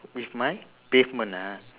with my pavement ah